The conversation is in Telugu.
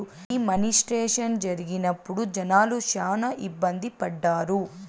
డీ మానిస్ట్రేషన్ జరిగినప్పుడు జనాలు శ్యానా ఇబ్బంది పడ్డారు